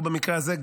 או במקרה הזה,